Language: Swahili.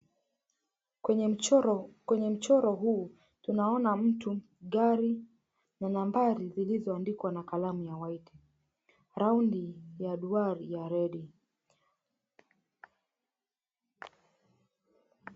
Kwenye mchoro huu tunaona mtu, gari na nambari zilizo andikwa na kalamu ya white . Raundi ya duara ya redi .